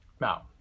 Now